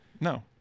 No